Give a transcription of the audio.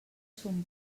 son